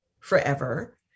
forever